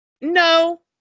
No